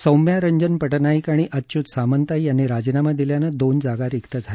सौम्या रंजन पटनाईक आणि अच्य्त सामंता यांनी राजीनामा दिल्यानं दोन जागा रिक्त झाल्या होत्या